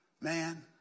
man